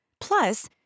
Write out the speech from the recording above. Plus